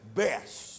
best